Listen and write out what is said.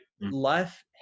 life